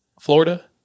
Florida